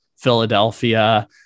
Philadelphia